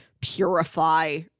purify